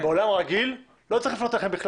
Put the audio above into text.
בעולם רגיל בכלל לא צריך לפנות אליכם.